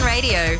Radio